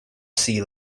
sea